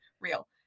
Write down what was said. real